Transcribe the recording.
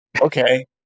okay